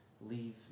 leave